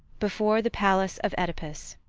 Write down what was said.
before the palace of oedipus.